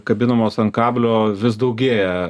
kabinamos ant kablio vis daugėja